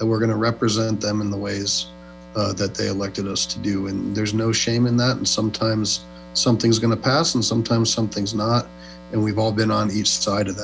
we're going to represent them in the ways that they elected us to do there's no shame in that and sometimes something's going to pass and sometimes something's not and we've all been on each side of th